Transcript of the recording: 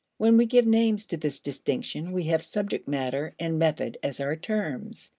when we give names to this distinction we have subject matter and method as our terms.